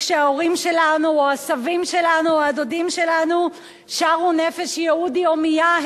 שכשההורים שלנו או הסבים שלנו או הדודים שלנו שרו "נפש יהודי הומייה",